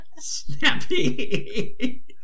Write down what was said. Snappy